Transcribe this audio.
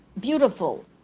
beautiful